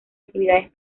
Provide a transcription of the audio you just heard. actividades